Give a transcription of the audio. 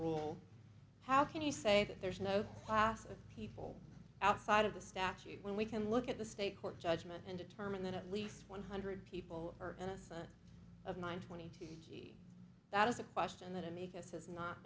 rule how can you say that there is no class of people outside of the statute when we can look at the state court judgment and determine that at least one hundred people are innocent of nine twenty two that is a question that amicus has not